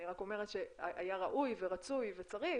אני רק אומרת שהיה ראוי ורצוי וצריך